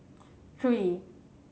three